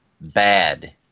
bad